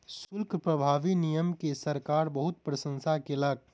शुल्क प्रभावी नियम के सरकार बहुत प्रशंसा केलक